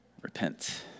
Repent